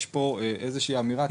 יש פה איזו שהיא אמירה.